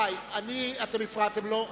רבותי, אתם הפרעתם לו.